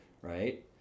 Right